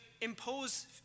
impose